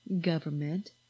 government